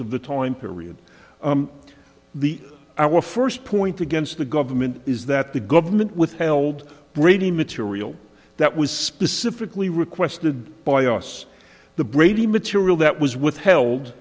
of the time period the our first point against the government is that the government withheld brady material that was specifically requested by us the brady material that was withheld